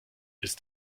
ist